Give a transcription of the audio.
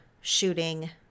shooting